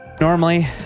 normally